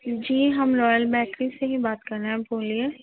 جی ہم royal bakery سے ہی بات کر رہے ہیں بولیے